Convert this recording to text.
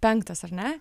penktas ar ne